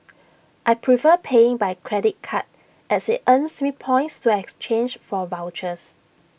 I prefer paying by credit card as IT earns me points to exchange for vouchers